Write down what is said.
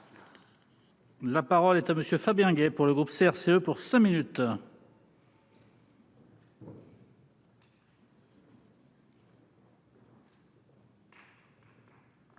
la parole est à Fabien Gay pour le groupe CRCE pour 5 minutes.